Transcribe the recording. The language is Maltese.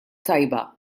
tajba